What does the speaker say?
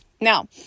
Now